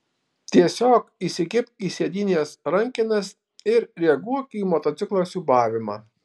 tiesiog įsikibk į sėdynės rankenas ir reaguok į motociklo siūbavimą